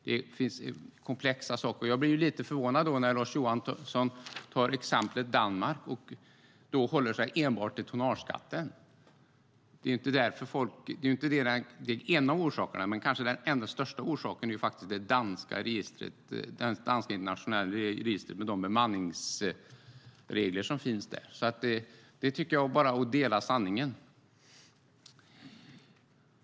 Det finns komplexa saker, och jag blir därför lite förvånad när Lars Johansson tar exemplet Danmark och då håller sig enbart till tonnageskatten. Kanske inte den enda orsaken men den största orsaken är faktiskt det danska internationella registret med de bemanningsregler som finns där. Det tycker jag bara är att dela sanningen.